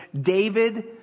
David